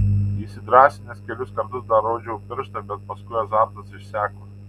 įsidrąsinęs kelis kartus dar rodžiau pirštą bet paskui azartas išseko